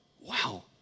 Wow